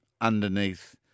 underneath